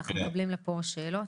אנחנו מקבלים לפה שאלות.